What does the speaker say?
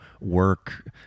work